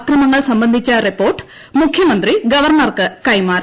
അക്രമങ്ങൾ സംബന്ധിച്ച റിപ്പോർട്ട് മുഖ്യമന്ത്രി ഗവർണർക്ക് കൈമാറി